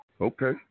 Okay